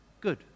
good